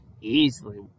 easily